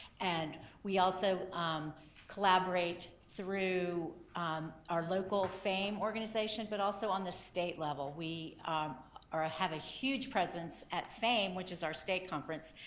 and we also collaborate through our local fame organization but also on the state level, we have a huge presence at fame which is our state conference.